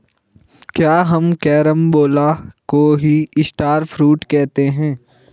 क्या हम कैरम्बोला को ही स्टार फ्रूट कहते हैं?